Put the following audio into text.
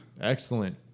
Excellent